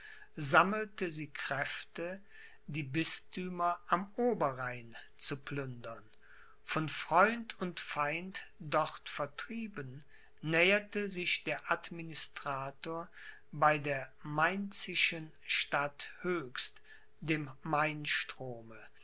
sammelte sie kräfte die bisthümer am oberrhein zu plündern von freund und feind dort vertrieben näherte sich der administrator bei der mainzischen stadt höchst